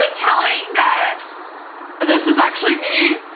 telling that this is actually me?